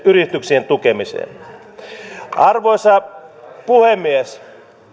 yrityksien tukemiseen arvoisa puhemies